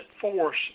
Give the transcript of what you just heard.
force